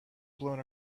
blown